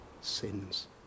sins